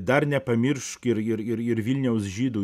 dar nepamiršk ir ir ir vilniaus žydų